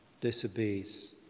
disobeys